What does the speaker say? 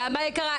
נעמה יקרה,